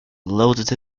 loaded